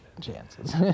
chances